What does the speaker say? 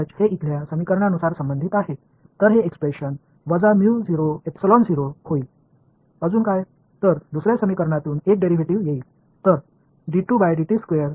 எனவே இரண்டாவது சமன்பாட்டிலிருந்து ஒரு டிரைவேடிவ் வரும்